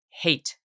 hate